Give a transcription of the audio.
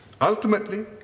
Ultimately